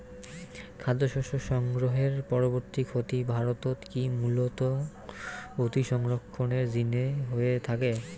খাদ্যশস্য সংগ্রহের পরবর্তী ক্ষতি ভারতত কি মূলতঃ অতিসংরক্ষণের জিনে হয়ে থাকে?